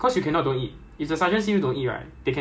cause it's against safety regulation you must eat